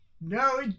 No